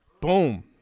Boom